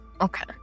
okay